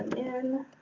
in